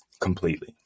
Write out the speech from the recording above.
completely